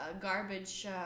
garbage